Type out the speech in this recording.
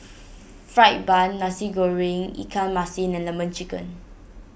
Fried Bun Nasi Goreng Ikan Masin and Lemon Chicken